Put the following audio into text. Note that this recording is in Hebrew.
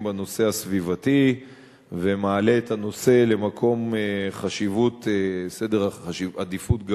בנושא הסביבתי ומעלה את הנושא למקום גבוה ביותר בסדר העדיפויות.